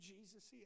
Jesus